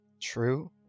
True